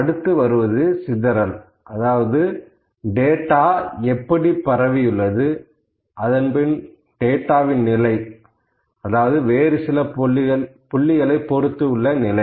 அடுத்து வருவது சிதறல் அதாவது டேட்டா எப்படி பரவியுள்ளது அதன்பின்பு டேட்டாவின் நிலை அதாவது வேறு சில புள்ளிகளை பொறுத்து உள்ள நிலை